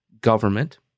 government